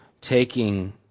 taking